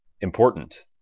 IMPORTANT